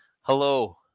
Hello